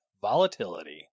volatility